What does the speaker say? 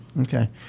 Okay